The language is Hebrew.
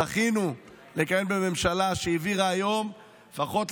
זכינו לכהן בממשלה שהעבירה היום לפחות,